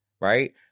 right